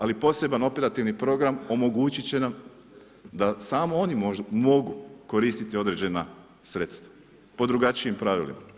Ali posebna operativni program omogućit će nam da samo oni mogu koristiti određena sredstva po drugačijim pravilima.